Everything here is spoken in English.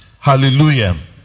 Hallelujah